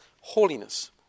holiness